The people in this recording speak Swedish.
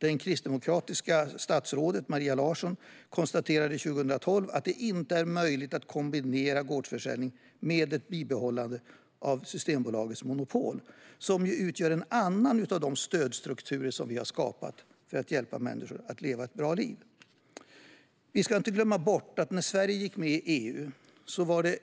Det kristdemokratiska statsrådet Maria Larsson konstaterade 2012 att det inte är möjligt att kombinera gårdsförsäljning med ett bibehållande av Systembolagets monopol - som ju utgör en annan av de stödstrukturer som vi har skapat för att hjälpa människor att leva ett bra liv. Vi ska inte glömma bort att när Sverige gick med i EU var